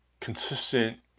consistent